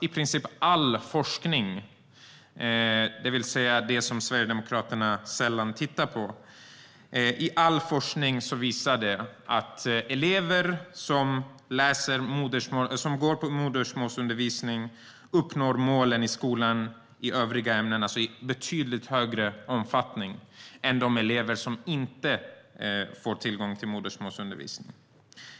I princip all forskning, det vill säga det som Sverigedemokraterna sällan tittar på, visar att elever som går på modersmålsundervisning uppnår målen i skolans övriga ämnen i betydligt högre omfattning än de elever som inte får tillgång till sådan undervisning.